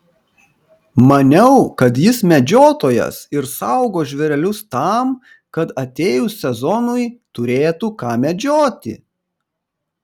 maniau kad jis medžiotojas ir saugo žvėrelius tam kad atėjus sezonui turėtų ką medžioti